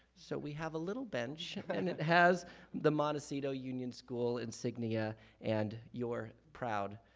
so we have a little bench and it has the montecito union school insignia and your crowd,